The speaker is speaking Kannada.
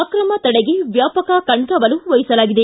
ಅಕ್ರಮ ತಡೆಗೆ ವ್ಯಾಪಕ ಕಣ್ಗಾವಲು ವಹಿಸಲಾಗಿದೆ